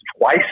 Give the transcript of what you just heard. twice